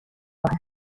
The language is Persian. راه